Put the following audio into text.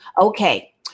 Okay